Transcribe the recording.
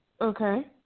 Okay